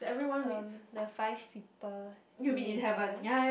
um the five people you meet in heaven